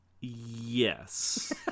Yes